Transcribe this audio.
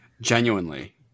Genuinely